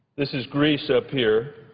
this is greece up here,